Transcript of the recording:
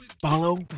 follow